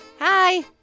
Hi